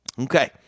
Okay